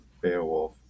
Beowulf